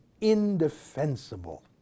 indefensible